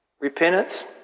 repentance